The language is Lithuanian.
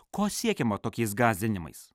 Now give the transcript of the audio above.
ko siekiama tokiais gąsdinimais